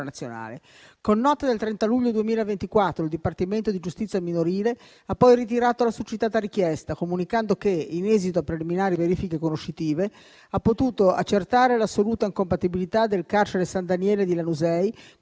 Con nota del 30 luglio 2024 il Dipartimento di giustizia minorile ha poi ritirato la succitata richiesta, comunicando che, in esito a preliminari verifiche conoscitive, ha potuto accertare l'assoluta incompatibilità del carcere San Daniele di Lanusei